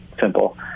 simple